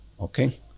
okay